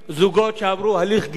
ואם יש רב כזה או אחר,